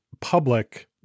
public